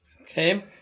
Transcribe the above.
Okay